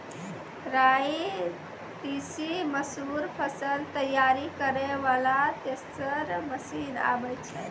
राई तीसी मसूर फसल तैयारी करै वाला थेसर मसीन आबै छै?